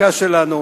הוותיקה שלנו,